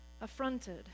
affronted